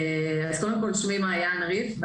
אז קודם כול, שמי מעיין ריף.